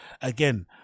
again